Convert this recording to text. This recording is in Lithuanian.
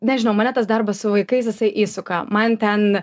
nežinau mane tas darbas su vaikais jisai įsuka man ten